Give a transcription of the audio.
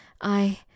I